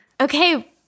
Okay